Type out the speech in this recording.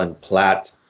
Platt